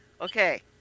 Okay